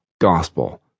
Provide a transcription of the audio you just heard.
gospel